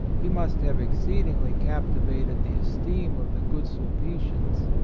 he must have exceedingly captivated the esteem of the good sulpitians,